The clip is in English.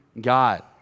God